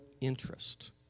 interest